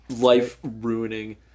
life-ruining